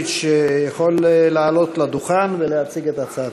סמוטריץ יכול לעלות לדוכן ולהציג את הצעתו.